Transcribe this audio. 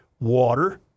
Water